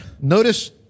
Notice